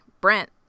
Brent